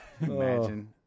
Imagine